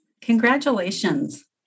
Congratulations